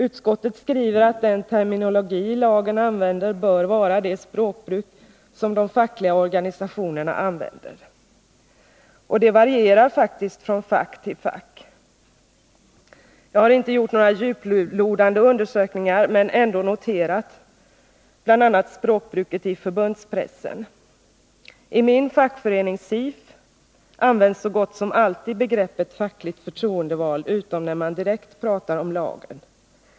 Utskottet skriver att avgörande för den terminologi som används i lagen bör vara det språkbruk som de fackliga organisationerna använder. Men det varierar från fack till fack. Jag har inte gjort någon djuplodande undersökning, men jag har noterat bl.a. språkbruket i förbundspressen. I min fackförening, SIF, används så gott som alltid begreppet fackligt förtroendevald, utom när man direkt pratar om lagen.